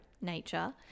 nature